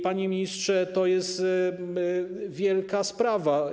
Panie ministrze, to jest wielka sprawa.